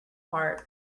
heart